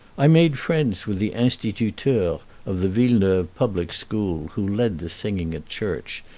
i made friends with the instituteur of the villeneuve public school, who led the singing at church,